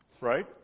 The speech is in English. right